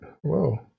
whoa